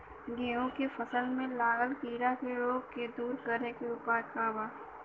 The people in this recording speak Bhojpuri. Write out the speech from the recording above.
गेहूँ के फसल में लागल कीड़ा के रोग के दूर करे के उपाय का बा?